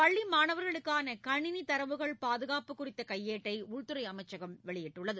பள்ளி மாணவர்களுக்கான கனினி தரவுகள் பாதுகாப்பு குறித்த கையேட்டை உள்துறை அமைச்சகம் வெளியிட்டுள்ளது